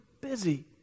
busy